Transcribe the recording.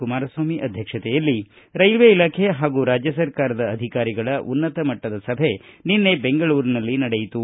ಕುಮಾರಸ್ವಾಮಿ ಅವರ ಅಧ್ಯಕ್ಷತೆಯಲ್ಲಿ ರೈಲ್ವೆ ಇಲಾಖೆ ಹಾಗೂ ರಾಜ್ಯ ಸರ್ಕಾರದ ಅಧಿಕಾರಿಗಳ ಉನ್ನತ ಮಟ್ಲದ ಸಭೆ ನಿನ್ನೆ ಬೆಂಗಳೂರಿನಲ್ಲಿ ನಡೆಯಿತು